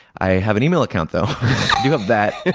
i have an email account, though. i do have that.